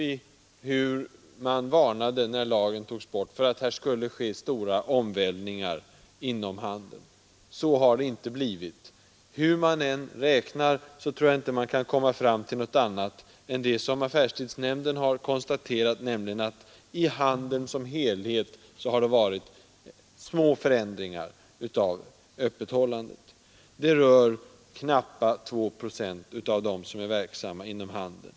Vi minns hur man, när affärstidsregleringen avskaffades, varnade för att det skulle ske stora omvälvningar inom handeln. Så har det inte blivit. Hur man än räknar kan man inte komma fram till något annat än det som affärstidsnämnden konstaterat, nämligen att det inom handeln som helhet har varit små förändringar av öppethållandet. Det berör knappa 2 procent av dem som är verksamma inom handeln.